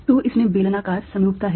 तो इसमें बेलनाकार समरूपता है